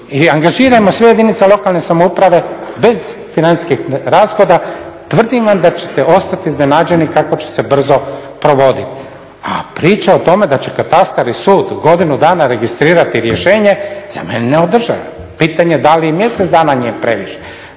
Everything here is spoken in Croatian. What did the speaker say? i angažirajmo sve jedinice lokalne samouprave bez financijskih rashoda. Tvrdim vam da ćete ostat iznenađeni kako će se brzo provodit. A priča o tome da će katastar i sud godinu dana registrirati rješenje, za mene je neodrživo. Pitanje da li mjesec im je previše.